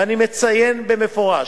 ואני מציין במפורש,